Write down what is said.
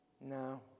No